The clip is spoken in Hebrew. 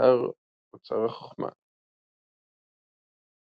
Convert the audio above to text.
באתר אוצר החכמה י.